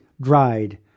dried